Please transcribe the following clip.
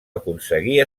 aconseguir